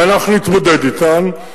ואנחנו נתמודד אתן,